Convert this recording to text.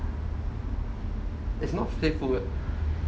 that's not playful leh